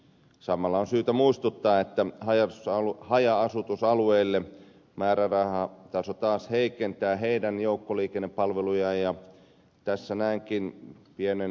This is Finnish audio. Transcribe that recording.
samalla on syytä muistuttaa että haja asutusalueiden määrärahataso taas heikentää niiden joukkoliikennepalveluja ja tässä näenkin pienen ristiriidan